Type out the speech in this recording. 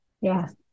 Yes